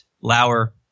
Lauer